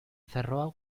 cerró